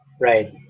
right